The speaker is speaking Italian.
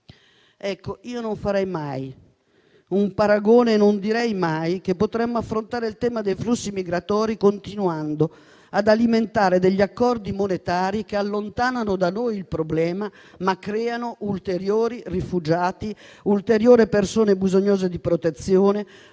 Ebbene, io non farei mai un paragone e non direi mai che potremmo affrontare il tema dei flussi migratori continuando ad alimentare accordi monetari che allontanano da noi il problema, ma creano ulteriori rifugiati e ulteriori persone bisognose di protezione